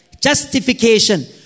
Justification